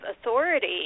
authority